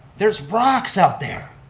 there's rocks out there,